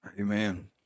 Amen